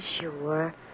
sure